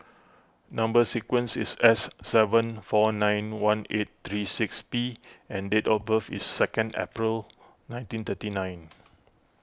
Number Sequence is S seven four nine one eight three six P and date of birth is second April nineteen thirty nine